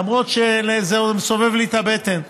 למרות שזה מסובב לי את הבטן.